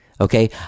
okay